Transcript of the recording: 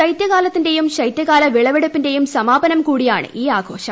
ശൈത്യകാലത്തിന്റെയും ശൈത്യകാല വിളവെടുപ്പിന്റെയും സമാപനം കൂടിയാണ് ഈ ആഘോഷം